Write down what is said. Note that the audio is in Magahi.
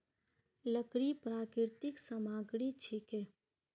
लकड़ी प्राकृतिक सामग्री छिके